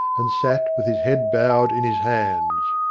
and sat with his head bowed in his hands.